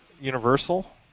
Universal